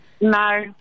No